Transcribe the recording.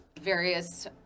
various